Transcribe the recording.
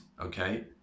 okay